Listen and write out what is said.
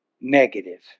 negative